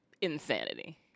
insanity